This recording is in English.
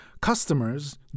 Customers